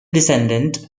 descendant